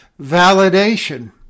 validation